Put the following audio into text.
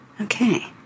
Okay